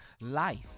life